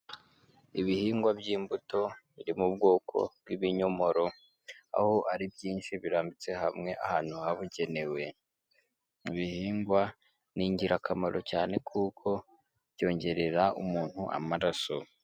Ibihingwa by'imbuto biri mu bwoko bw'ibinyomoro, aho ari byinshi birambitse hamwe ahantu habugenewe, ibihingwa ni ingirakamaro cyane kuko byongerera umuntu amaraso.